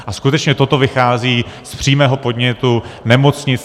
A skutečně toto vychází z přímého podnětu nemocnic.